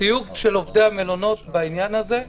הסיוג של עובדי המלונות בעניין הזה,